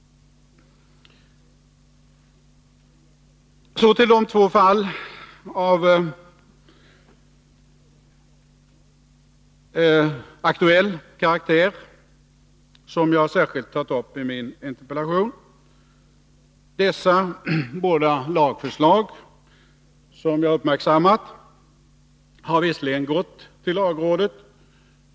Så till de två aktuella fall som jag särskilt har tagit upp i min interpellation. Dessa båda lagförslag som jag uppmärksammat har visserligen remitterats till lagrådet.